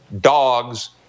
dogs